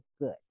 good